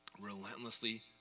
relentlessly